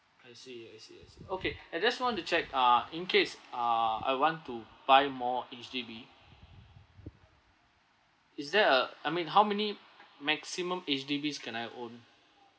I see I see I see okay I just want to check ah in case ah I want to buy more H_D_B is there a I mean how many maximum H_D_Bs can I own